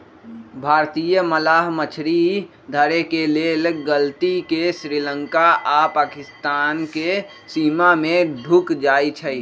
भारतीय मलाह मछरी धरे के लेल गलती से श्रीलंका आऽ पाकिस्तानके सीमा में ढुक जाइ छइ